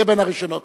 תהיה בין הראשונות.